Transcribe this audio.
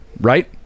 right